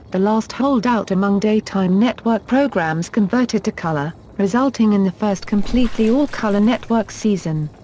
the last holdout among daytime network programs converted to color, resulting in the first completely all-color network season.